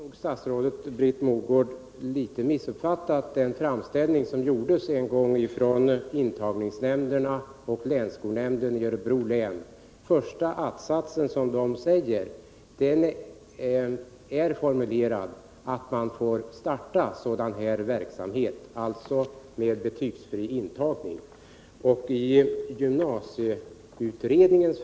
På skolområdet pågår sedan lång tid förhandlingar bl.a. om lärarnas arbetstid. Dessutom förhandlar man om ett arbetsskyldighetsavtal för lärarna och ett medbestämmandeavtal på skolsektorn. Alla dessa förhandlingar har betydelse för genomförandet av SIA-reformen. 1.